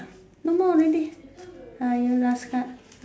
no more already ah you last card